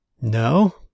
no